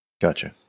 Gotcha